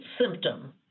symptom